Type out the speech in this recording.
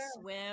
swim